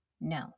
No